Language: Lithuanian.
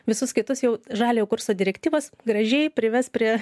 visus kitus jau žaliojo kurso direktyvos gražiai prives prie